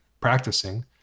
practicing